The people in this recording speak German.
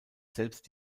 selbst